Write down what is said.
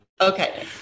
Okay